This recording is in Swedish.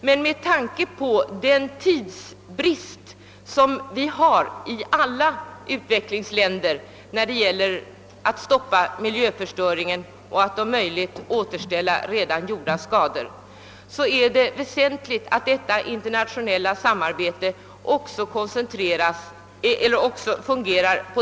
Men med tanke på den tidsbrist som föreligger i alla industriländer när det gäller att stoppa miljöförstöringen och att om möjligt eliminera redan inträffade skador, är det väsentligt att man har kontinuerliga internationella kontakter.